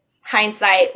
hindsight